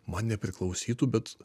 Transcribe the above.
man nepriklausytų bet